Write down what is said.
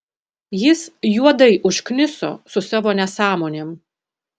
jis juodai užkniso su savo nesąmonėm